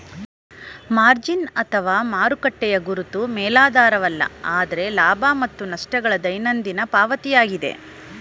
margin ಅಥವಾ ಮಾರುಕಟ್ಟೆಯ ಗುರುತು ಮೇಲಾಧಾರವಲ್ಲ ಆದ್ರೆ ಲಾಭ ಮತ್ತು ನಷ್ಟ ಗಳ ದೈನಂದಿನ ಪಾವತಿಯಾಗಿದೆ